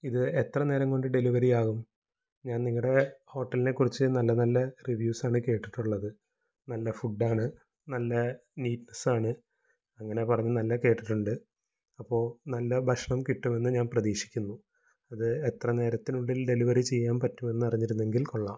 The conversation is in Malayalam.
ഇത് എത്ര നേരം കൊണ്ട് ഡെലിവറി ആകും ഞാൻ നിങ്ങളുടെ ഹോട്ടലിനെ കുറിച്ച് നല്ല നല്ലെ റിവ്യൂസാണ് കേട്ടിട്ടുള്ളത് നല്ല ഫുഡ്ഡാണ് നല്ലെ നീറ്റ്നെസ്സാണ് അങ്ങനെ പറഞ്ഞ് നല്ലെ കേട്ടിട്ടുണ്ട് അപ്പോള് നല്ലെ ഭക്ഷണം കിട്ടുമെന്ന് ഞാൻ പ്രതീക്ഷിക്കുന്നു ഇത് എത്ര നേരത്തിനുള്ളിൽ ഡെലിവറി ചെയ്യാന് പറ്റും എന്നറിഞ്ഞിരുന്നെങ്കിൽ കൊള്ളാം